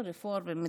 רפורמים,